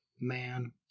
man